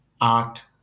art